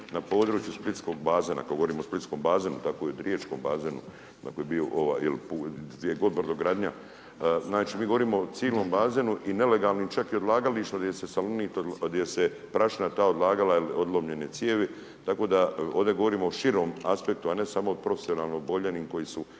na području Splitskog bazena, kada govorimo o Splitskom bazenu, tako i o Riječkom bazenu, na koji je bio, ovaj, jel, gdje god je Brodogradnja, znači, mi govorimo o cilom bazenu i nelegalnim čak i odlagalištima gdje se Salonit, gdje se prašina ta odlagala, jel, odlomljene cijevi, tako da ovdje govorimo o širom aspektu, a ne samo o profesionalno oboljelim, koji su,